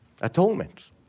Atonement